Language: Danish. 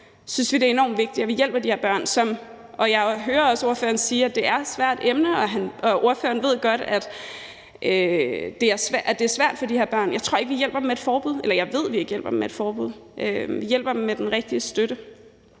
synes vi, det er enormt vigtigt, at vi hjælper de her børn. Jeg hører også ordføreren sige, at det er et svært emne, og at ordføreren godt ved, at det er svært for de her børn. Jeg tror ikke, vi hjælper dem med et forbud, eller jeg ved, at vi ikke hjælper dem med et forbud. Vi hjælper dem med den rigtige støtte